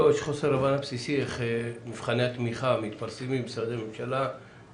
יש חוסר הבנה בסיסי איך מבחני התמיכה מתפרסמים במשרדי הממשלה.